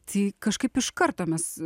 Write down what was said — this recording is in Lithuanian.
tai kažkaip iš karto mes